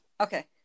Okay